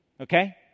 okay